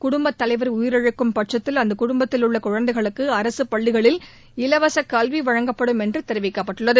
குடும்பத்தலைவர் உயிரிழக்கும் பட்சத்தில் அந்த குடும்பத்தில் உள்ள குழந்தைகளுக்கு அரசு பள்ளிகளில் இலவச கல்வி வழங்கப்படும் என்று தெரிவிக்கப்பட்டுள்ளது